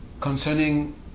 concerning